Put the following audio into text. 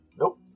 Nope